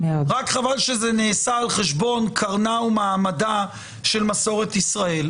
רק חבל שזה נעשה על חשבון קרנה ומעמדה של מסורת ישראל.